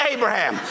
Abraham